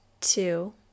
two